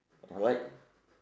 alright